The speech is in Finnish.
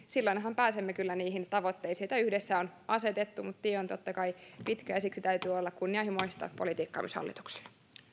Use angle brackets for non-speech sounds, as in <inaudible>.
<unintelligible> silloinhan pääsemme kyllä niihin tavoitteisiin joita yhdessä on asetettu tie on totta kai pitkä ja siksi täytyy olla kunnianhimoista politiikkaa myös hallituksella